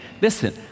listen